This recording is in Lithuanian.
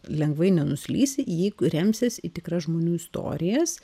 lengvai nenuslys jeigu remsies į tikrą žmonių istorijas